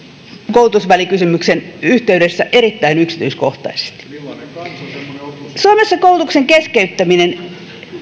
koulutusvälikysymyksen yhteydessä erittäin yksityiskohtaisesti suomessa koulutuksen keskeyttäminen